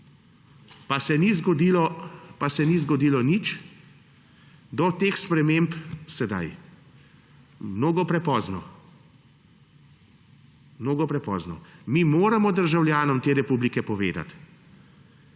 Pa se ni zgodilo nič do teh sprememb sedaj. Mnogo prepozno, mnogo prepozno. Mi moramo državljanom te republike povedati